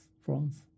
france